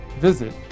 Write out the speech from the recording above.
visit